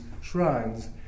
shrines